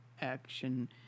action